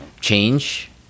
change